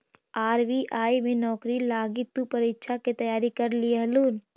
RBI में नौकरी लागी तु परीक्षा के तैयारी कर लियहून